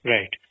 Right